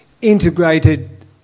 integrated